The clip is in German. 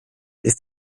ist